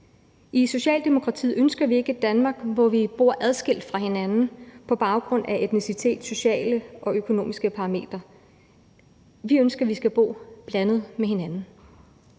I Socialdemokratiet ønsker vi ikke et Danmark, hvor vi bor adskilt fra hinanden på baggrund af etnicitet, sociale og økonomiske parametre. Vi ønsker, at vi skal bo blandet med hinanden.